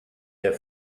der